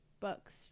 books